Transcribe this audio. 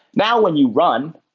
now when you run,